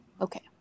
Okay